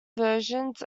versions